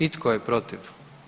I tko je protiv?